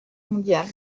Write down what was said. mondiale